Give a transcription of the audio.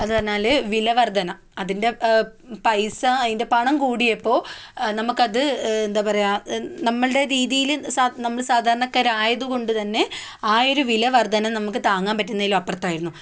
എന്നു പറഞ്ഞാൽ വില വർധന അതിൻ്റെ പൈസ അതിൻ്റെ പണം കൂടിയപ്പോൾ നമുക്കത് എന്താണ് പറയുക നമ്മളുടെ രീതിയിൽ സാ നമ്മൾ സാധാരണക്കാരായതുകൊണ്ട് തന്നെ ആ ഒരു വില വർധന നമുക്ക് താങ്ങാൻ പറ്റുന്നതിലും അപ്പുറത്തായിരുന്നു